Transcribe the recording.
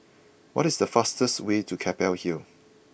what is the fastest way to Keppel Hill